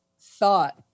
thought